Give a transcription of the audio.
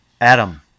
Adam